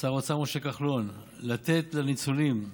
שר האוצר משה כחלון, לתת לניצולים,